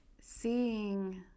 seeing